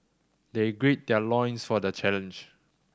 they gird their loins for the challenge